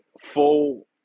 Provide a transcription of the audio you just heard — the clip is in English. full